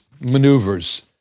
maneuvers